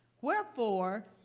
Wherefore